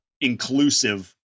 inclusive